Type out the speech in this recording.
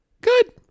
Good